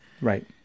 right